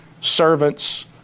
servants